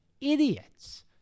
idiots